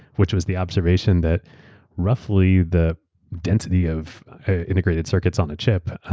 which was the observation that roughly the density of integrated circuits on the chip,